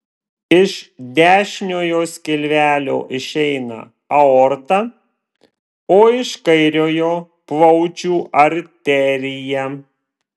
iš dešiniojo skilvelio išeina aorta o iš kairiojo plaučių arterija